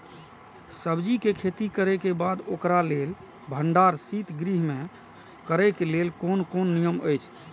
सब्जीके खेती करे के बाद ओकरा लेल भण्डार शित गृह में करे के लेल कोन कोन नियम अछि?